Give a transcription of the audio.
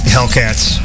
Hellcats